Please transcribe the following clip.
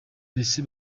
mbese